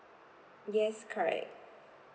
yes correct